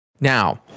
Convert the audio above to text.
Now